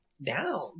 down